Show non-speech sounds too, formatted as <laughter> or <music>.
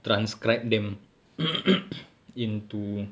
transcribe them <coughs> into